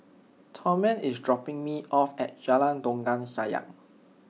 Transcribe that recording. Thurman is dropping me off at Jalan Dondang Sayang